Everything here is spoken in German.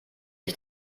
ich